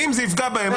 ואם זה יפגע בהם,